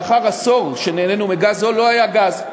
לאחר עשור שנהנינו מגז זול, לא היה גז.